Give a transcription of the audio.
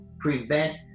prevent